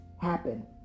happen